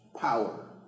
power